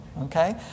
Okay